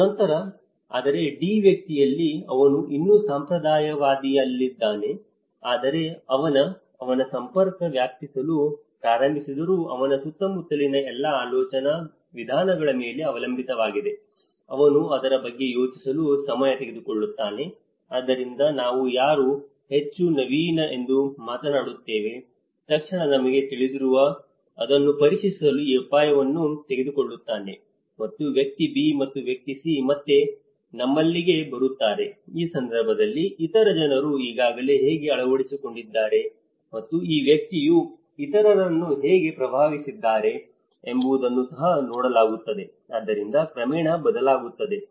ಮತ್ತು ನಂತರ ಆದರೆ D ವ್ಯಕ್ತಿಯಲ್ಲಿ ಅವನು ಇನ್ನೂ ಸಂಪ್ರದಾಯವಾದಿಯಲ್ಲಿದ್ದಾನೆ ಆದರೆ ಅವನ ಅವನ ಸಂಪರ್ಕ ವ್ಯಾಪಿಸಲು ಪ್ರಾರಂಭಿಸಿದರೂ ಅವನ ಸುತ್ತಮುತ್ತಲಿನ ಎಲ್ಲಾ ಆಲೋಚನಾ ವಿಧಾನಗಳ ಮೇಲೆ ಅವಲಂಬಿತವಾಗಿದೆ ಅವನು ಅದರ ಬಗ್ಗೆ ಯೋಚಿಸಲು ಸಮಯ ತೆಗೆದುಕೊಳ್ಳುತ್ತಾನೆ ಆದ್ದರಿಂದ ನಾವು ಯಾರು ಹೆಚ್ಚು ನವೀನ ಎಂದು ಮಾತನಾಡುತ್ತೇವೆ ತಕ್ಷಣ ನಿಮಗೆ ತಿಳಿದಿರುವವನು ಅದನ್ನು ಪರೀಕ್ಷಿಸಲು ಆ ಅಪಾಯವನ್ನು ತೆಗೆದುಕೊಳ್ಳುತ್ತಾನೆ ಮತ್ತು ವ್ಯಕ್ತಿ B ಮತ್ತು C ವ್ಯಕ್ತಿ ಮತ್ತೆ ನಿಮ್ಮಲ್ಲಿಗೆ ಬರುತ್ತಾರೆ ಈ ಸಂದರ್ಭದಲ್ಲಿ ಇತರ ಜನರು ಈಗಾಗಲೇ ಹೇಗೆ ಅಳವಡಿಸಿಕೊಂಡಿದ್ದಾರೆ ಮತ್ತು ಈ ವ್ಯಕ್ತಿಯು ಇತರರನ್ನು ಹೇಗೆ ಪ್ರಭಾವಿಸಿದ್ದಾರೆ ಎಂಬುದನ್ನು ಸಹ ನೋಡಲಾಗುತ್ತದೆ ಆದ್ದರಿಂದ ಕ್ರಮೇಣ ಬದಲಾಗುತ್ತದೆ